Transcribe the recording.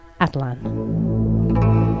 atlan